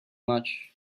much